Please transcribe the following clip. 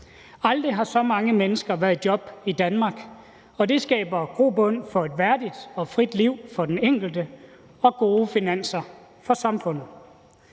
Aldrig har så mange mennesker været i job i Danmark, og det skaber grobund for et værdigt og frit liv for den enkelte og gode finanser for samfundet.